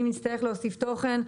אם נצטרך להוסיף תוכן,